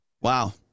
Wow